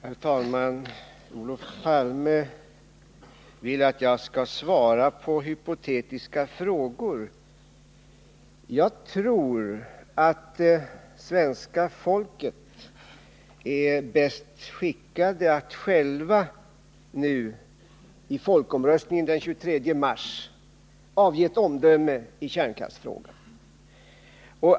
Herr talman! Olof Palme vill att jag skall svara på hypotetiska frågor. Jag tror att svenska folket självt är bäst skickat att, genom folkomröstningen den 23 mars, avge ett omdöme i kärnkraftsfrågan.